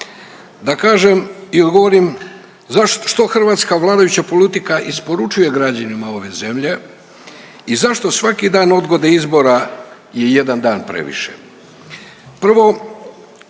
Da kažem i odgovorim što hrvatska vladajuća politika isporučuje građanima ove zemlje i zašto svaki dan odgode izbora je jedan dan previše.